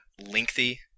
lengthy